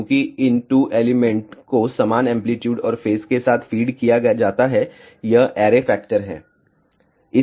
चूंकि इन 2 एलिमेंट को समान एंप्लीट्यूड और फेज के साथ फीड किया जाता है यह ऐरे फैक्टर है